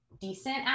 decent